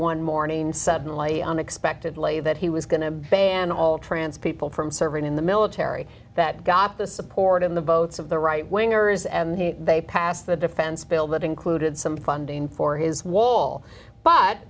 one morning suddenly unexpectedly that he was going to ban all trans people from serving in the military that got the support in the votes of the right wingers and they passed the defense bill that included some funding for his wall but